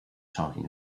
talking